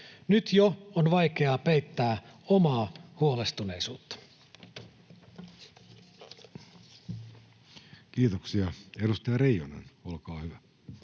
Nyt jo on vaikeaa peittää omaa huolestuneisuutta.” Kiitoksia. — Edustaja Reijonen, olkaa hyvä.